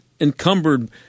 encumbered